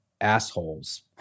assholes